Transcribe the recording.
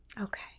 Okay